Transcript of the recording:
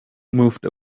moved